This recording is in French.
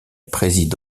préside